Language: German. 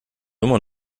immer